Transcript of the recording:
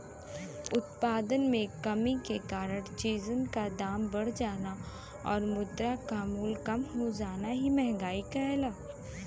उत्पादन में कमी के कारण चीजन क दाम बढ़ जाना आउर मुद्रा क मूल्य कम हो जाना ही मंहगाई कहलाला